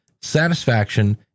satisfaction